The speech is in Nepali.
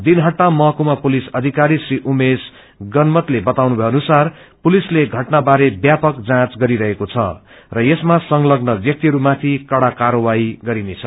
दिहटा महकुमा पुसिस अधिकारी श्री उमेश गणमतले बताउनुभए अनुसार पुसिसले घटना बारे व्यापक जाँच गरिरहेको छ र यसमा संतग्न व्याक्तिहरू माथि कहा कार्यवाडी गरिनेछ